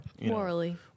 Morally